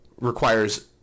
requires